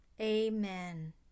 Amen